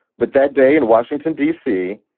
but that day in washington, d c,